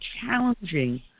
challenging